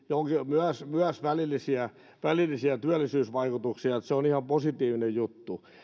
myös myös välillisiä välillisiä työllisyysvaikutuksia niin että se on ihan positiivinen juttu